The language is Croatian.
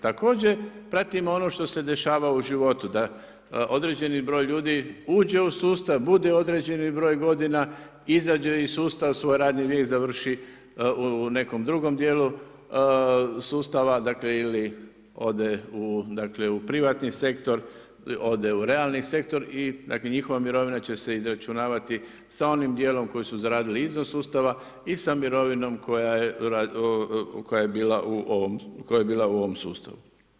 Također, pratimo ono što se dešava u životu, da određeni broj ljudi uđe u sustav, bude određeni broj godina, izađe iz sustava, svoj radni vijek završi u nekom drugom dijelu sustavu, dakle, ode u privatni sektor, ode u realni sektor i dakle, njihova mirovina će se izračunavati sa onim dijelom koji su zaradili i izvan sustava i sa mirovinom koja je bila u ovom sustavu.